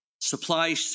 supply